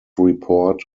report